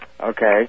Okay